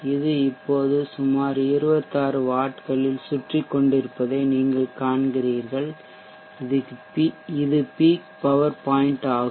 இது இப்போது சுமார் 26 வாட்களில் சுற்றிக் கொண்டிருப்பதை நீங்கள் காண்கிறீர்கள் இது பீக் பவர் பாய்ன்ட் ஆகும்